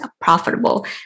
profitable